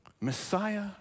Messiah